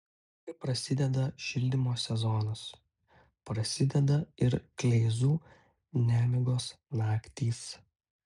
kai prasideda šildymo sezonas prasideda ir kleizų nemigos naktys